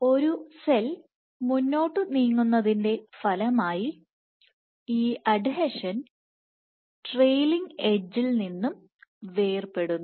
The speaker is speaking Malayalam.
ഒരു സെൽ മുന്നോട്ട് നീങ്ങുന്നതിന്റെ ഫലമായി ഈ അഡ്ഹീഷൻ ട്രെയ്ലിങ് എഡ്ജിൽ നിന്നും വേർപെടുന്നു